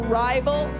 rival